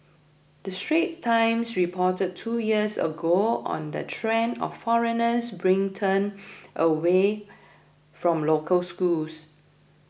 the Straits Times reported two years ago on the trend of foreigners bring turned away from local schools